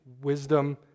wisdom